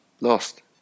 Lost